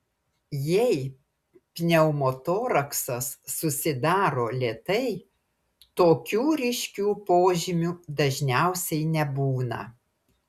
jei pneumotoraksas susidaro lėtai tokių ryškių požymių dažniausiai nebūna